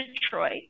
Detroit